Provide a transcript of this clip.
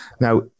Now